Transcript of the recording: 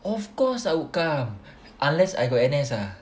of course I would come unless I got N_S ah